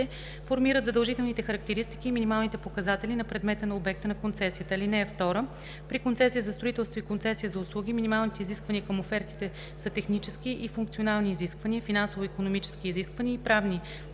формират задължителните характеристики и минималните показатели на предмета и на обекта на концесията. (2) При концесия за строителство и концесия за услуги минималните изисквания към офертите са технически и функционални изисквания, финансово-икономически изисквания и правни